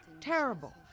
terrible